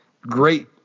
great